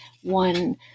one